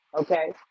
Okay